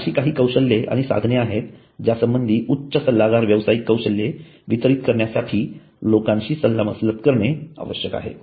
हि काही अशी कौशल्ये आणि साधने आहेत ज्या संबधी उच्च सल्लागार व्यावसायिक कौशल्ये वितरीत करण्यासाठी लोकांशी सल्लामसलत करणे आवश्यक आहे